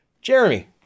Jeremy